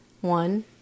One